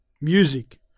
music